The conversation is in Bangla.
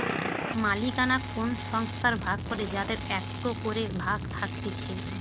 মালিকানা কোন সংস্থার ভাগ করে যাদের একটো করে ভাগ থাকতিছে